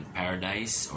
paradise